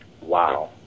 wow